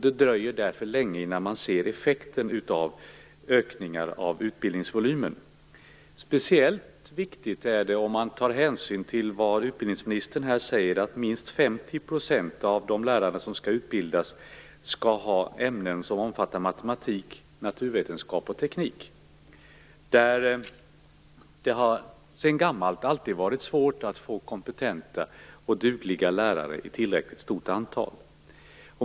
Det dröjer därför länge innan man ser effekten av ökningar av utbildningsvolymen. Speciellt viktigt är detta med hänsyn till att, som utbildningsministern här säger, minst 50 % av de lärare som skall utbildas skall ha ämnen som omfattar matematik, naturvetenskap och teknik, där det sedan gammalt varit svårt att få kompetenta och dugliga lärare i tillräckligt stort antal.